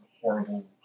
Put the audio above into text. horrible